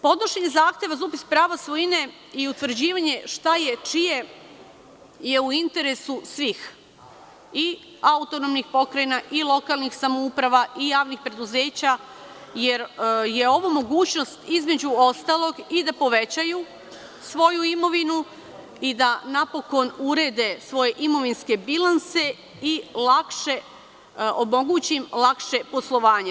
Podnošenje zahteva za upis prava svojine i utvrđivanje šta je čije je u interesu svih i autonomnih pokrajina i lokalnih samouprava i javnih preduzeća, jer je ovo mogućnost, između ostalog, i da povećaju svoju imovinu i da napokon urede svoje imovinske bilanse i omogući im lakše poslovanje.